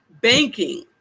banking